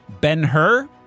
Ben-Hur